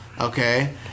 okay